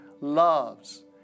loves